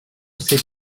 c’est